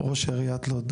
ראש עיריית לוד,